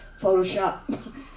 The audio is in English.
Photoshop